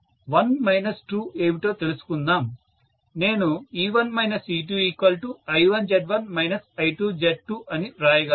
కాబట్టి ఏమిటో తెలుసుకుందాం నేనుE1 E2I1Z1 I2Z2 అని వ్రాయగలను